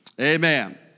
Amen